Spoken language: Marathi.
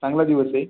चांगला दिवस आहे